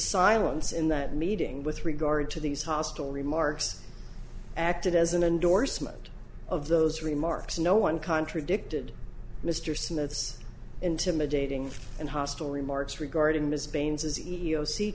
silence in that meeting with regard to these hostile remarks acted as an endorsement of those remarks no one contradicted mr smith's intimidating and hostile remarks regarding